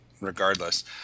regardless